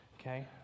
okay